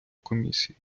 комісії